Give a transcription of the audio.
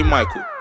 Michael